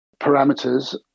parameters